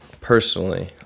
personally